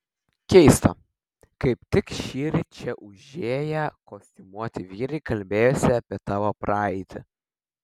keista kaip tik šįryt čia užėję kostiumuoti vyrai kalbėjosi apie tavo praeitį